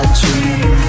dream